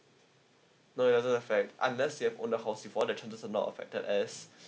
no doesn't affect unless you have own the house before the chances are not affected as